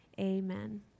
Amen